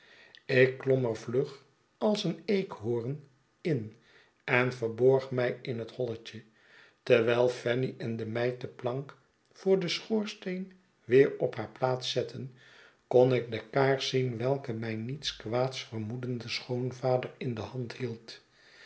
ik klom er vlug als een eekhoren in en verborg mij in het holletje terwijl fanny en de meid de plank voor den schoorsteen weer op haar plaats zetten kon ik de kaars zien welke mijn niets kwaads vermoedende schoonvader in de hand hield